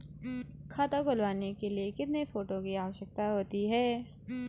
खाता खुलवाने के लिए कितने फोटो की आवश्यकता होती है?